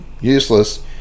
useless